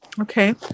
Okay